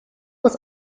was